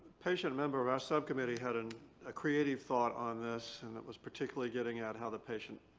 patient member of our subcommittee had and a creative thought on this and it was particularly getting at how the patient